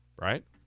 right